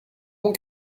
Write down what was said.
mon